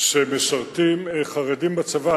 שחרדים משרתים בצבא,